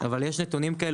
יש נתונים כאלה,